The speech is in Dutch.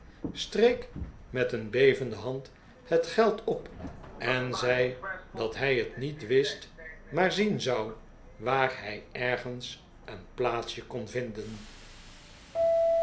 streek met een bevende hand het geld op en zei dat hij het niet wist maar zien zou waar hij ergens een pl'aatsje kon vinden